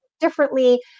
differently